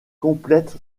complète